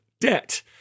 debt